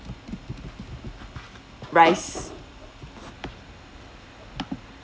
rice